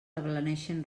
ablaneixen